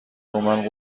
ومن